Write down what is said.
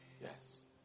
Yes